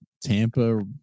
Tampa